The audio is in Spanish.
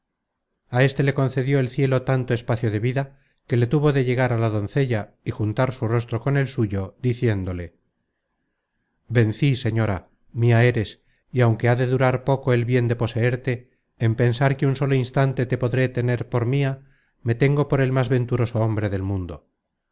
á éste le concedió el cielo tanto espacio de vida que le tuvo de llegar á la doncella y juntar su rostro con el suyo diciéndole vencí señora mia eres y aunque ha de durar poco el bien de poseerte en pensar que un solo instante te podré tener por mia me tengo por el más venturoso hombre del mundo